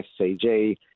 SCG